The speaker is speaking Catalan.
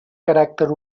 caràcter